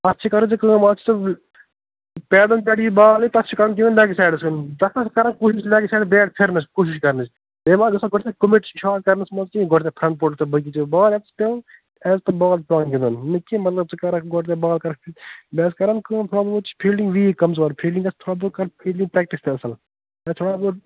اَکھ چھے کَرٕنۍ ژےٚ کٲم اَکھ چھے ژےٚ پیڈَن پٮ۪ٹھ ییٚلہِ بال ییٚیہِ تَتھ چھِ کنٹِنیٚو لٮ۪گ سایِڈَس گنٛدُن تَتھ ما کَرَکھ کوٗشش لٮ۪گ سایِڈس بیٹ پھرنَس کوٗشِش کَرنٕچ بییہِ ما آس گژھان گۄڈنٮ۪تھ شاٹ کَرنَس منٛز کیٚہنہ گۄڈنٮ۪تھ فرٛنٹ پُل تہٕ باقٕے چیٖز بال یٕتَس پےٚ ایز پٕر بال چھُ پیٚوان گنٚدُن ہُہ نہٕ کیٚہنہ مطلب ژٕ کَرکھ گۄڈنٮ۪تھ بال کَرکھ فِٹ بیٚیہِ آس کَرَان کٲم تھوڑا بہت چھِ فِیلڈِنٛگ ویٖک کمزور فِیلڈِنٛگ آس تھوڑا بہت کَر فِیلڈِنٛگ پرٛیٚکٹِس تہِ اصٕل یا تھوڑا بہت